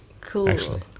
Cool